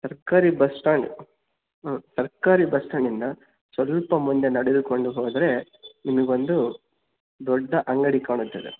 ಸರ್ಕಾರಿ bus stand ಹೂಂ ಸರ್ಕಾರಿ ಬಸ್ ಸ್ಟ್ಯಾಂಡಿಂದ ಸ್ವಲ್ಪ ಮುಂದೆ ನಡೆದುಕೊಂಡು ಹೋದರೆ ನಿಮಗೊಂದು ದೊಡ್ಡ ಅಂಗಡಿ ಕಾಣುತ್ತದೆ